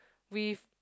with